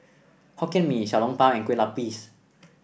Hokkien Mee Xiao Long Bao and Kueh Lupis